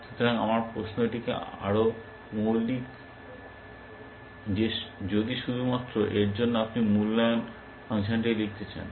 সুতরাং আমার প্রশ্নটি আরও মৌলিক যে যদি শুধুমাত্র এর জন্য আপনি মূল্যায়ন ফাংশনটি লিখতে চান